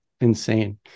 insane